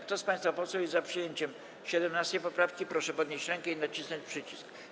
Kto z państwa posłów jest za przyjęciem 17. poprawki, proszę podnieść rękę i nacisnąć przycisk.